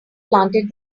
planted